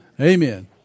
Amen